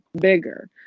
bigger